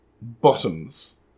Bottoms